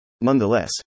Nonetheless